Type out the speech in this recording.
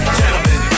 gentlemen